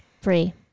Free